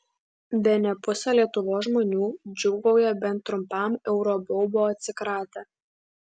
bene pusė lietuvos žmonių džiūgauja bent trumpam euro baubo atsikratę